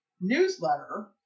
newsletter